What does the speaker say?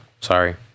Sorry